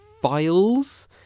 files